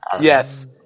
Yes